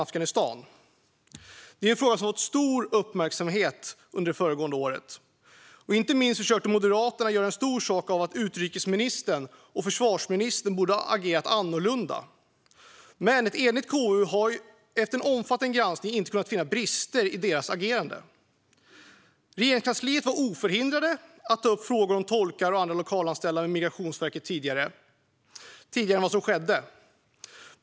Detta är en fråga som fick stor uppmärksamhet under det föregående året; inte minst försökte Moderaterna göra en stor sak av att utrikesministern och försvarsministern borde ha agerat annorlunda. Gransknings-betänkandeHandläggning av regeringsärenden m.m. Ett enigt KU har dock efter en omfattande granskning inte kunnat finna brister i deras agerande. På Regeringskansliet var man oförhindrad att ta upp frågor om tolkar och andra lokalanställda med Migrationsverket tidigare än vad som skedde.